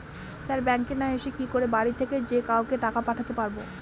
Sir ব্যাঙ্কে না এসে কি করে বাড়ি থেকেই যে কাউকে টাকা পাঠাতে পারবো?